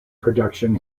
production